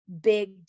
big